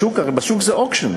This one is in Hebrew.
בשוק הרי זה auction,